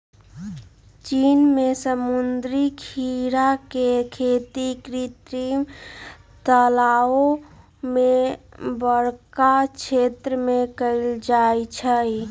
चीन में समुद्री खीरा के खेती कृत्रिम तालाओ में बरका क्षेत्र में कएल जाइ छइ